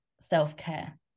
self-care